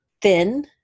thin